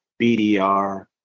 BDR